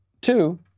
two